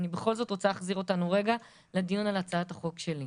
אני בכל זאת רוצה להחזיר אותנו רגע לדיון על הצעת החוק שלי.